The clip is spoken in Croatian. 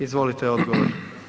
Izvolite odgovor.